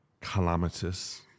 calamitous